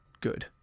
good